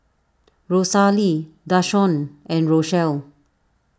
Rosalie Dashawn and Rochelle